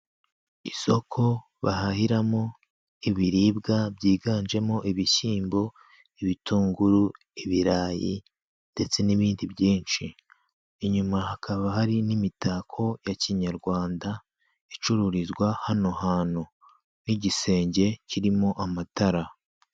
Isoko bahahiramo ibiribwa byiganjemo ibishyimbo, ibitunguru, ibirayi, ndetse n'ibindi byinshi inyuma hakaba hari n'imitako ya kinyarwanda icururizwa hano hantu n'igisenge kirimo amatara.